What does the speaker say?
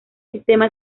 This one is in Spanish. sistema